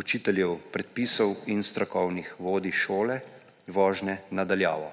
učiteljev predpisov in strokovnih vodij šole vožnje na daljavo.